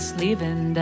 leaving